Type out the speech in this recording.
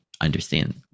understand